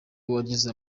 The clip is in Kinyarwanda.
wagize